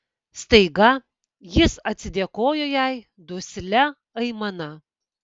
staiga jis atsidėkojo jai duslia aimana